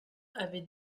avait